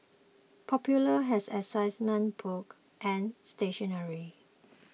popular has assessment books and stationery